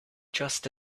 just